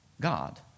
God